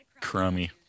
Crummy